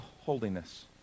holiness